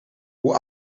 hoe